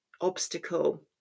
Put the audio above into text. obstacle